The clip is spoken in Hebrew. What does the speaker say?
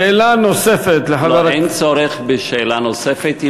שאלה נוספת לחבר הכנסת, אין צורך בשאלה נוספת.